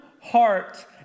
heart